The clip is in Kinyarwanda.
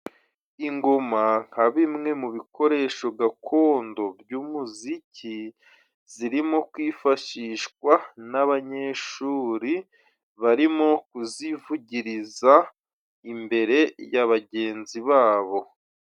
Ingoma nka bimwe mu bikoresho gakondo by'umuziki. Zirimo kwifashishwa n'abanyeshuri, barimo kuzivugiriza imbere ya bagenzi babo.